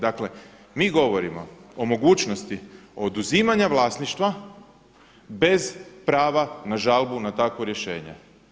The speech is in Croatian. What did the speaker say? Dakle mi govorimo o mogućnosti oduzimanja vlasništva bez prava na žalbu na takvo rješenje.